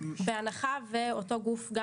אותו גוף,